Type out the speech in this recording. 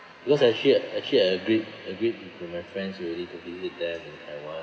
because actually actually I agreed agreed with my friends already to visit them in taiwan